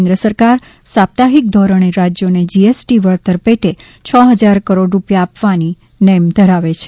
કેન્દ્ર સરકાર સાપ્તાહિક ધોરણે રાજયોને જીએસટી વળતર પેટે છ હજાર કરોડ રૂપિયા આપવાની નેમ ધરાવે છે